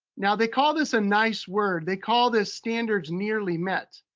now, they call this a nice word. they call this, standards nearly met.